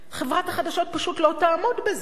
חברת החדשות פשוט לא תעמוד בזה.